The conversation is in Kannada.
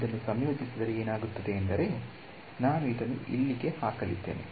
ನಾನು ಇದನ್ನು ಸಂಯೋಜಿಸಿದರೆ ಏನಾಗುತ್ತದೆ ಎಂದರೆ ನಾನು ಇದನ್ನು ಇಲ್ಲಿಗೆ ಹಾಕಲಿದ್ದೇನೆ